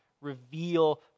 reveal